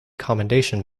commendation